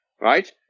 right